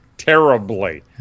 Terribly